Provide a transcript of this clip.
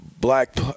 black